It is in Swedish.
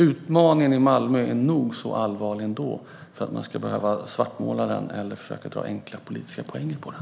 Utmaningen i Malmö är nog så allvarlig ändå, utan att man svartmålar eller försöker plocka enkla politiska poäng på den.